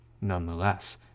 nonetheless